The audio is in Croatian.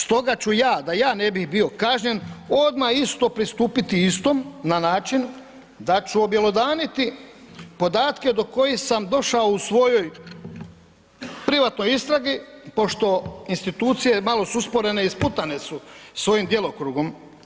Stoga ću ja, da ja ne bih bio kažnjen, odmah isto pristupiti istom na način da ću objelodaniti podatke do kojih sam došao u svojoj privatnoj istragi pošto institucije malo su usporene i sputane su s ovim djelokrugom.